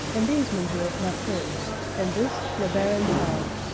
and these, monsieur, my friends, and this, le baron kalb.